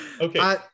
Okay